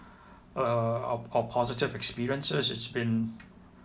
uh our po~ positive experiences it's been